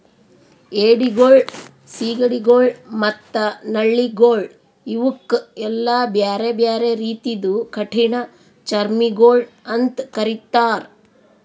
ಏಡಿಗೊಳ್, ಸೀಗಡಿಗೊಳ್ ಮತ್ತ ನಳ್ಳಿಗೊಳ್ ಇವುಕ್ ಎಲ್ಲಾ ಬ್ಯಾರೆ ಬ್ಯಾರೆ ರೀತಿದು ಕಠಿಣ ಚರ್ಮಿಗೊಳ್ ಅಂತ್ ಕರಿತ್ತಾರ್